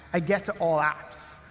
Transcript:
i get to all apps.